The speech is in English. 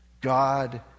God